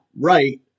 right